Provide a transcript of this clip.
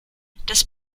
das